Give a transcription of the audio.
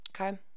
Okay